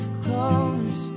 close